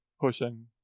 pushing